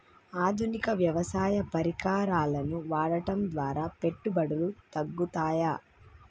ఆధునిక వ్యవసాయ పరికరాలను వాడటం ద్వారా పెట్టుబడులు తగ్గుతయ?